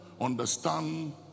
understand